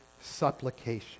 Supplication